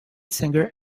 singer